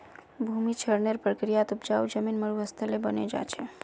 भूमि क्षरनेर प्रक्रियात उपजाऊ जमीन मरुस्थल बने जा छे